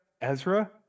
Ezra